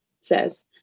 says